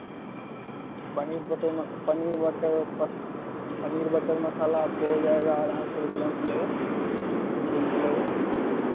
paneer butter में paneer butter paneer butter masala आपको हो जाएगा ढ़ाई सौ रुपये में मिलेगा उ फुल मिलेगा